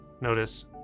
notice